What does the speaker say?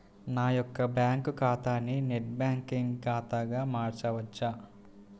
నా యొక్క బ్యాంకు ఖాతాని నెట్ బ్యాంకింగ్ ఖాతాగా మార్చవచ్చా?